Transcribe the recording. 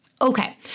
Okay